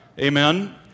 Amen